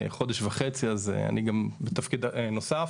זה חודש וחצי, אז אני גם בתפקיד נוסף.